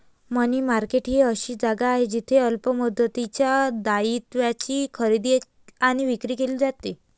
मनी market ही अशी जागा आहे जिथे अल्प मुदतीच्या दायित्वांची खरेदी आणि विक्री केली जाते